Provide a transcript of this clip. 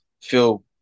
feel